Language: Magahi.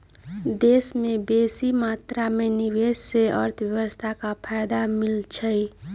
देश में बेशी मात्रा में निवेश से अर्थव्यवस्था को फयदा मिलइ छइ